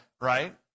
Right